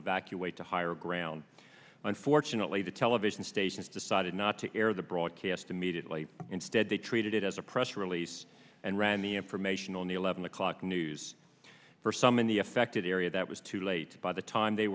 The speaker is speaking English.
evacuate to higher ground unfortunately the television stations decided not to air the broadcast immediately instead they treated it as a press release and ran the information on the eleven o'clock news for some in the affected area that was too late by the time they